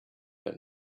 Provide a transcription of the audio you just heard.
but